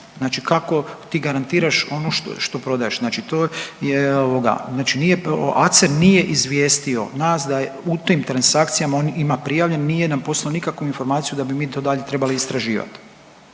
znači kako ti garantiraš ono što prodaješ, znato to je ovo, da. Znači nije, ACER nije izvijestio nas da je u tim transakcijama on ima prijavljen, nije nam poslao nikakvu informaciju da bi mi to dalje trebali istraživati